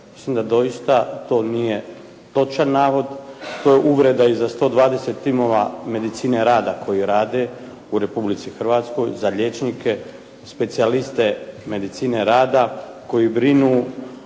Mislim da doista to nije točan navod. To je uvreda i za 120 timova medicine rada koji rade u Republici Hrvatskoj, za liječnike, specijaliste medicine rada koji brinu